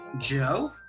Joe